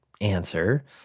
answer